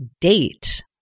date